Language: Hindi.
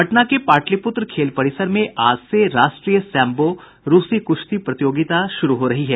पटना के पाटलिपुत्र खेल परिसर में आज से राष्ट्रीय सैंबो रूसी कुश्ती प्रतियोगिता शुरू हो रही है